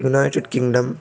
United Kingdom